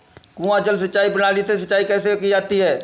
कुआँ जल सिंचाई प्रणाली से सिंचाई कैसे की जाती है?